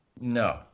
No